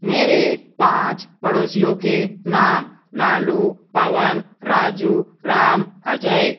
मेरे पाँच पड़ोसियों के नाम लालू पवन राजू राम अजय